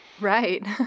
Right